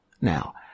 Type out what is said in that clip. Now